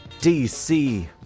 DC